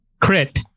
crit